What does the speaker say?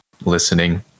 listening